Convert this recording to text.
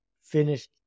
finished